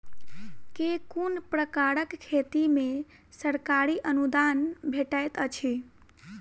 केँ कुन प्रकारक खेती मे सरकारी अनुदान भेटैत अछि?